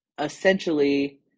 essentially